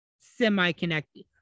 semi-connected